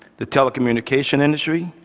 the telecommunication industry,